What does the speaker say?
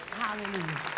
Hallelujah